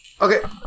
okay